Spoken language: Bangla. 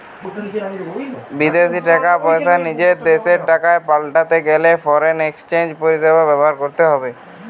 বিদেশী টাকা পয়সা নিজের দেশের টাকায় পাল্টাতে গেলে ফরেন এক্সচেঞ্জ পরিষেবা ব্যবহার করতে হবে